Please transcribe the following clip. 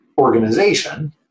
organization